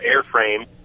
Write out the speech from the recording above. Airframe